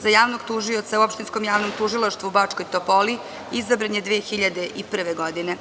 Za javnog tužioca u Opštinskom javnom tužilaštvu u Bačkoj Topoli izabran je 2001. godine.